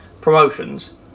promotions